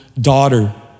daughter